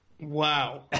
Wow